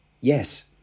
Yes